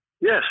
Yes